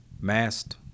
masked